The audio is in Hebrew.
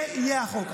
זה יהיה החוק.